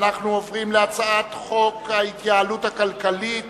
אנחנו עוברים להצעת חוק ההתייעלות הכלכלית